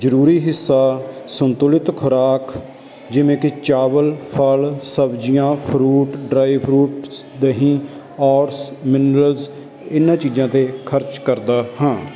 ਜ਼ਰੂਰੀ ਹਿੱਸਾ ਸੰਤੁਲਿਤ ਖੁਰਾਕ ਜਿਵੇਂ ਕਿ ਚਾਵਲ ਫ਼ਲ ਸਬਜ਼ੀਆਂ ਫਰੂਟ ਡ੍ਰਾਈ ਫਰੂਟਸ ਦਹੀਂ ਓਟਸ ਮਿਨਰਲਸ ਇਨ੍ਹਾਂ ਚੀਜ਼ਾਂ 'ਤੇ ਖਰਚ ਕਰਦਾ ਹਾਂ